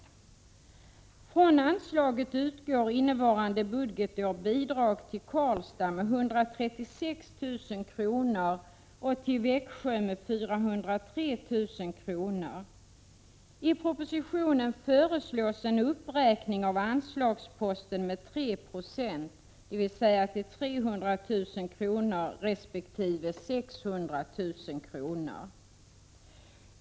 Från anslaget utgår innevarande budgetår bidrag till Karlstad med 136 000 kr. och till Växjö med 403 000 kr. I propositionen föreslås en uppräkning av anslagsposten med 3 96, dvs. till 300 000 kr. respektive 600 000 kr.